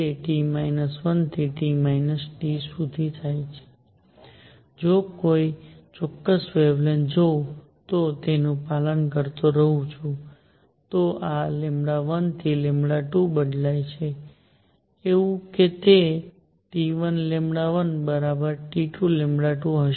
તે T 1 થી T 2 સુધી જાય છે જો હું કોઈ ચોક્કસ વેવલેન્થ જોઉં છું અને તેનું પાલન કરતો રહું છું તો આ 1 થી 2 માં બદલાય છે એવું કે તે T1 1 T2 2 હશે